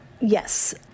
Yes